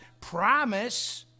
promise